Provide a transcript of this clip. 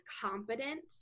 competent